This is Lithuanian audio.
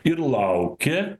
ir laukė